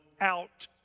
out